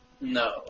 No